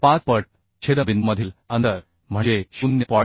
85 पटछेदनबिंदूमधील अंतर म्हणजे 0